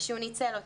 ושהוא ניצל אותי.